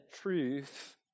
truth